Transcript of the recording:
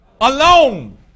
alone